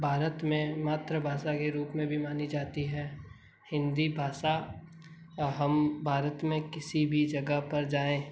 भारत में मातृ भाषा के रूप में भी मानी जाती है हिंदी भाषा हम भारत में किसी भी जगह पर जाएं